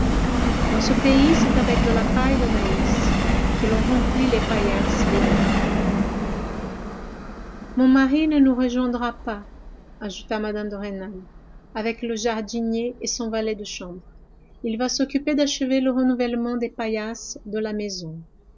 dans ce pays c'est avec de la paille de maïs que l'on remplit les paillasses des lits mon mari ne nous rejoindra pas ajouta mme de rênal avec le jardinier et son valet de chambre il va s'occuper d'achever le renouvellement des paillasses de la maison